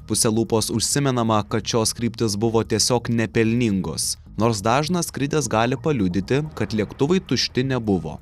puse lūpos užsimenama kad šios kryptys buvo tiesiog nepelningos nors dažnas skridęs gali paliudyti kad lėktuvai tušti nebuvo